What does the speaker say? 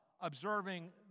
observing